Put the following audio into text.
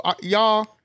y'all